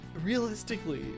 realistically